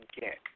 get